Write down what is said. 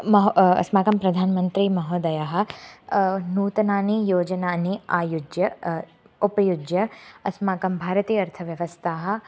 महो अस्माकं प्रान् मन्त्रीमहोदयः नूतनानि योजनानि आयुज्य उपयुज्य अस्माकं भारतीय अर्थव्यवस्थाः